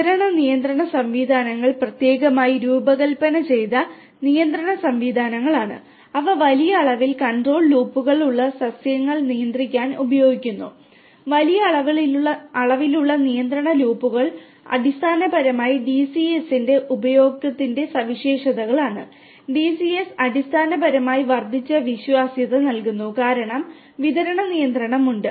വിതരണ നിയന്ത്രണ സംവിധാനങ്ങൾ പ്രത്യേകമായി രൂപകൽപ്പന ചെയ്ത നിയന്ത്രണ സംവിധാനങ്ങളാണ് അവ വലിയ അളവിൽ കൺട്രോൾ ലൂപ്പുകളുള്ള സസ്യങ്ങൾ നിയന്ത്രിക്കാൻ ഉപയോഗിക്കുന്നു വലിയ അളവിലുള്ള നിയന്ത്രണ ലൂപ്പുകൾ അടിസ്ഥാനപരമായി ഡിസിഎസിന്റെ അടിസ്ഥാനപരമായി വർദ്ധിച്ച വിശ്വാസ്യത നൽകുന്നു കാരണം വിതരണ നിയന്ത്രണം ഉണ്ട്